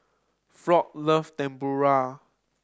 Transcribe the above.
Floyd love Tempura